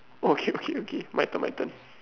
okay okay okay my turn my turn